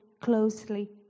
closely